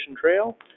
Trail